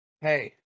Hey